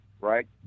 right